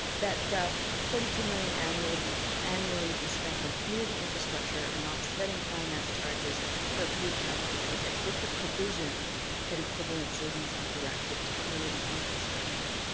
that forty two million annually be annually be spent on community infrastructure and offsetting finance charges for approved capital projects with the provision that equivalent savings be directed to community infrastructure.